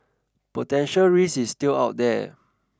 potential risk is still out there